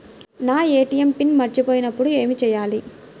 నా ATM pin మరచిపోయినప్పుడు ఏమి చేయాలి?